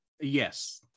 Yes